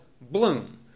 bloom